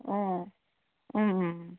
ಹ್ಞೂ ಹ್ಞೂ ಹ್ಞೂ